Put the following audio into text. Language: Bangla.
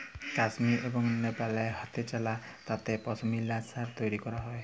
কাশ্মীর এবং লেপালে হাতেচালা তাঁতে পশমিলা সাল তৈরি ক্যরা হ্যয়